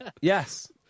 Yes